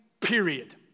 period